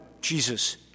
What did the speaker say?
Jesus